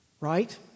Right